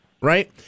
right